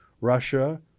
Russia